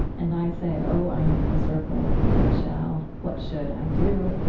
and i say, oh, i am miserable, what shall what should i do?